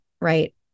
right